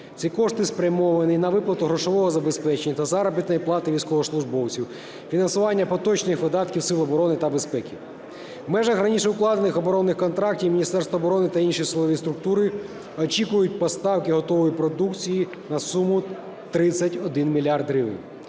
Ці кошти спрямовані на виплату грошового забезпечення та заробітної плати військовослужбовців, фінансування поточних видатків сил оборони та безпеки. В межах раніше укладених оборонних контрактів Міністерство оборони та інші силові структури очікують поставки готової продукції на суму 31 мільярд гривень,